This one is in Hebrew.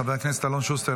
חבר הכנסת אלון שוסטר,